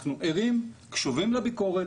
אנחנו ערים, קשובים לביקורת.